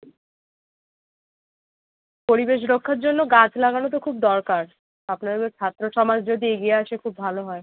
পরিবেশ রক্ষার জন্য গাছ লাগানো তো খুব দরকার আপনারা এবার ছাত্র সমাজ যদি এগিয়ে আসে খুব ভালো হয়